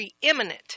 preeminent